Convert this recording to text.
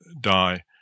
die